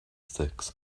six